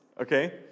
Okay